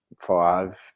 five